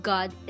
God